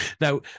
Now